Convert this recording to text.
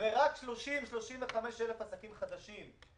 ורק 35,000-30,000 עסקים חדשים.